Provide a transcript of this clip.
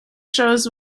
shows